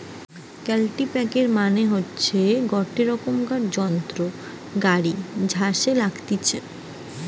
কাল্টিপ্যাকের মানে হতিছে গটে রোকমকার যন্ত্র গাড়ি ছাসে লাগতিছে